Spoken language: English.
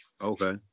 Okay